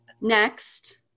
Next